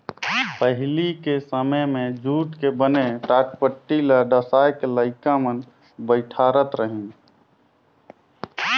पहिली के समें मे जूट के बने टाटपटटी ल डसाए के लइका मन बइठारत रहिन